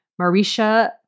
Marisha